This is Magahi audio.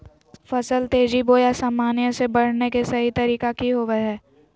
फसल तेजी बोया सामान्य से बढने के सहि तरीका कि होवय हैय?